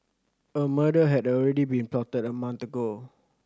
a murder had already been plotted a month ago